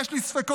יש לי ספקות,